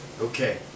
Okay